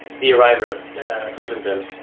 the arrival at rivendell.